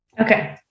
Okay